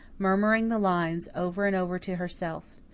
murmuring the lines over and over to herself.